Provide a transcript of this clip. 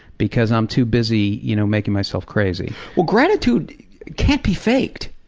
because i'm too busy you know making myself crazy. well gratitude can't be faked.